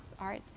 art